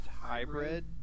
hybrid